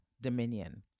dominion